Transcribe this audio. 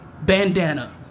bandana